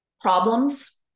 problems